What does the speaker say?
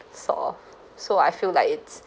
so so I feel like it's